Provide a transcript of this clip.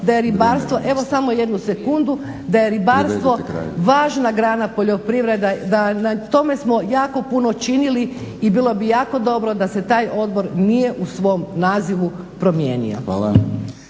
Đurđica (HDZ)** Evo samo jednu sekundu, da je ribarstvo važna grana poljoprivrede, da na tome smo jako puno činili i bilo bi jako dobro da se taj odbor nije u svom nazivu promijenio.